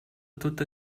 tota